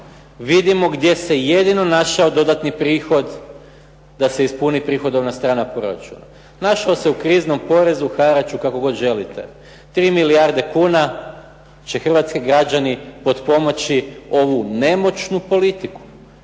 Vidimo gdje se jedino našao dodatni prihod da se ispuni prihodovna strana proračuna. Našao se u kriznom porezu, haraču, kako god želite. 3 milijarde kuna će hrvatski građani potpomoći ovu nemoćnu politiku,